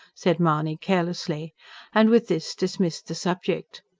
said mahony carelessly and, with this, dismissed the subject.